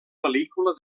pel·lícula